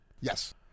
Yes